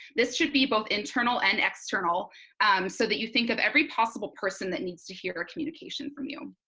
this should be both internal and external so that you think of every possible person that needs to hear our communication from you.